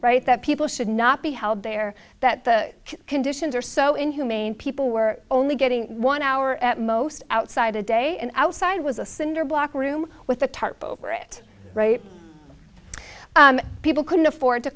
right that people should not be held there that the conditions are so inhumane people were only getting one hour at most outside a day and outside was a cinder block room with a tarp over it right people couldn't afford to